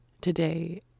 Today